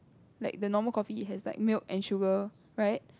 like the normal coffee it has like milk and sugar right